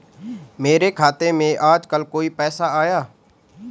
मेरे खाते में आजकल कोई पैसा आया?